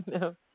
No